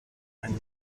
ein